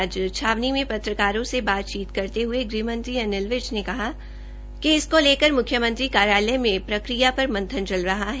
आज छावनी में पत्रकारों से बातचीत करते हुए गृहमंत्री अनिल विज ने कहा कि इसको लेकर मुख्यमंत्री कार्यालय में प्रकिया पर मंथन चल रहा है